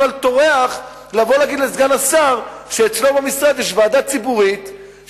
טורח לבוא ולהגיד לכבוד השר שאצלו במשרד יש ועדה ציבורית,